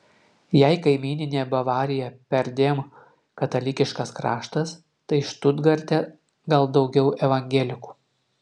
jei kaimyninė bavarija perdėm katalikiškas kraštas tai štutgarte gal daugiau evangelikų